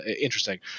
interesting